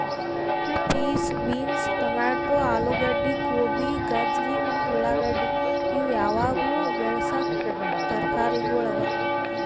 piece, beans, tomato, ಆಲೂಗಡ್ಡಿ, ಗೋಬಿ, ಗಜರಿ ಮತ್ತ ಉಳಾಗಡ್ಡಿ ಇವು ಯಾವಾಗ್ಲೂ ಬೆಳಸಾ ತರಕಾರಿಗೊಳ್ ಅವಾ